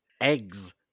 eggs